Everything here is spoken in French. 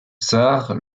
tsar